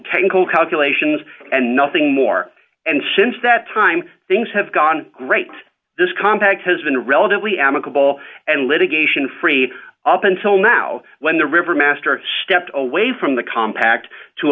technical calculations and nothing more and since that time things have gone great this compact has been relatively amicable and litigation free up until now when the river master stepped away from the compact to